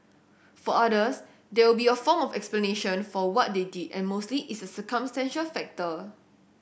for others there will be a form of explanation for what they did and mostly it's a circumstantial factor